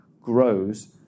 grows